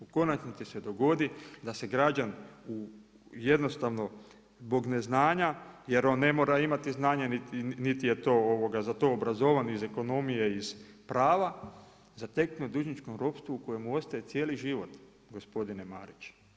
U konačnici se dogodi da se građana u jednostavno zbog neznanja, jer on ne mora imati znanje niti je za to obrazovan iz ekonomije, iz prava, zataknut u dužničkom ropstvu u kojem ostaje cijeli život, gospodine Marić.